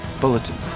bulletin